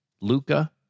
Luca